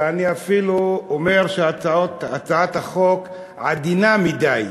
ואני אפילו אומר שהצעת החוק עדינה מדי.